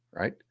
Right